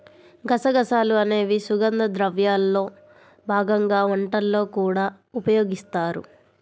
గసగసాలు అనేవి సుగంధ ద్రవ్యాల్లో భాగంగా వంటల్లో కూడా ఉపయోగిస్తారు